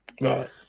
Right